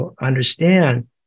understand